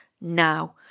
now